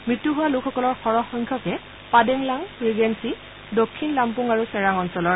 মৃত্যু হোৱা লোকসকলৰ সৰহ সংখ্যকেই পাডেংলাং ৰিগেলি দক্ষিণ লামপুং আৰু চেৰাং অঞ্চলৰ